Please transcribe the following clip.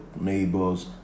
neighbors